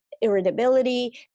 irritability